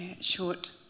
short